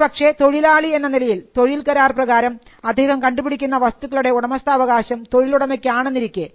ഒരുപക്ഷേ തൊഴിലാളി എന്ന നിലയിൽ തൊഴിൽ കരാർ പ്രകാരം അദ്ദേഹം കണ്ടുപിടിക്കുന്ന വസ്തുക്കളുടെ ഉടമസ്ഥാവകാശം തൊഴിലുടമയ്ക്ക് ആണെന്നിരിക്കെ